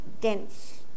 dense